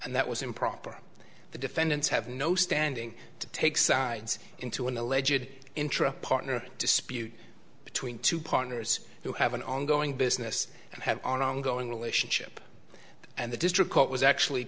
and that was improper the defendants have no standing to take sides into a legit intra partner dispute between two partners who have an ongoing business and have an ongoing relationship and the district court was actually